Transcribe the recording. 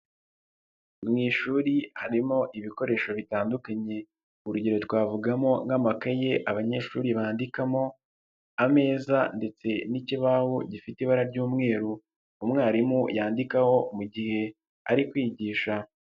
Mu ishuri harimo ibikoresho bitandukanye, urugero twavugamo nk'amakaye abanyeshuri bandikamo, ameza, ndetse n'ikibaho gifite ibara ry'umweru umwarimu yandikaho mu mugihe ari kwigisha.